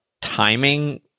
timing